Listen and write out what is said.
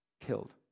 killed